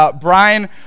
Brian